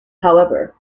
however